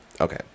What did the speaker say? okay